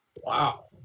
Wow